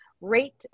rate